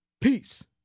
Peace